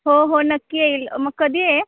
हो हो नक्की येईल मग कधी आहे